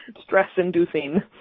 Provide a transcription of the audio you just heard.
Stress-inducing